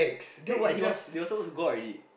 no but he was they were supposed to go out already